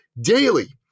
daily